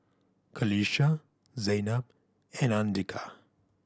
Qalisha Zaynab and Andika